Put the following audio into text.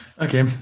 Okay